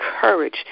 courage